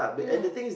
mm